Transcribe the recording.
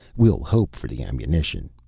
we'll hope for the ammunition.